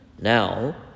Now